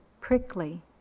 prickly